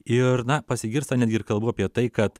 ir na pasigirsta netgi ir kalbų apie tai kad